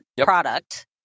product